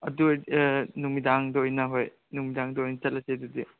ꯑꯗꯨ ꯑꯣꯏꯔꯗꯤ ꯅꯨꯃꯤꯗꯥꯡꯗ ꯑꯣꯏꯅ ꯍꯣꯏ ꯅꯨꯃꯤꯗꯥꯡꯗ ꯑꯣꯏꯅ ꯆꯠꯂꯁꯦ ꯑꯗꯨꯗꯤ